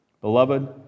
Beloved